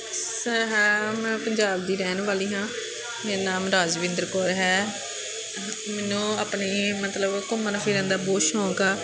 sir ਹਾਂ ਮੈਂ ਪੰਜਾਬ ਦੀ ਰਹਿਣ ਵਾਲੀ ਹਾਂ ਮੇਰਾ ਨਾਮ ਰਾਜਵਿੰਦਰ ਕੌਰ ਹੈ ਮੈਨੂੰ ਆਪਣੇ ਮਤਲਬ ਘੁੰਮਣ ਫਿਰਨ ਦਾ ਬਹੁਤ ਸ਼ੌਕ ਆ